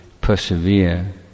persevere